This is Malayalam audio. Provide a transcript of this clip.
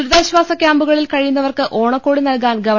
ദുരിതാശ്വാസ ക്യാമ്പുകളിൽ കഴിയുന്നവർക്ക് ഓണക്കോടി നല്കാൻ ഗവ